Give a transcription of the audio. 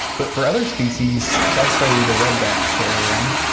but for other species, so i study the red-backed fairy wren,